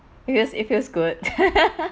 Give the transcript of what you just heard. because it feels good